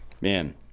man